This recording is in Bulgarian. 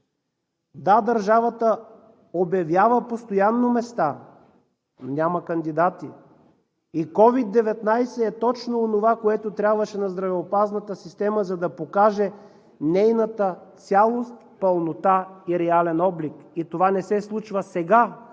Да, държавата обявява постоянно места, но няма кандидати. И COVID-19 е точно онова, което трябваше на здравната система, за да покаже нейната цялост, пълнота и реален облик. Това не се случва сега,